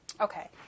okay